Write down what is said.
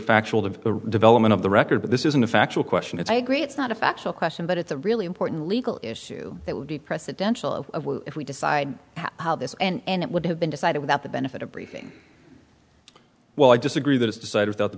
factual to the development of the record but this isn't a factual question it's i agree it's not a factual question but it's a really important legal issue that would be presidential if we decide how this and it would have been decided without the benefit of briefing well i disagree that it's decided that the